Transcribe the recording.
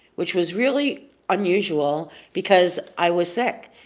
which was really unusual because i was sick.